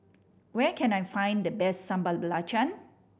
where can I find the best Sambal Belacan